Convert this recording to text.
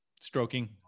Stroking